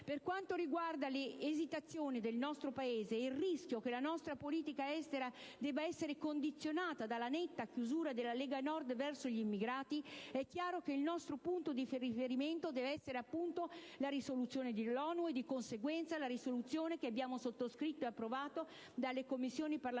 Per quanto riguarda le esitazioni del nostro Paese e il rischio che la nostra politica estera debba essere condizionata dalla netta chiusura della Lega Nord verso gli immigrati, è chiaro che il nostro punto di riferimento deve essere la risoluzione dell'ONU e, di conseguenza, la risoluzione che abbiamo sottoscritto e che è già stata approvata dalle Commissioni parlamentari